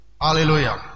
Hallelujah